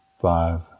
five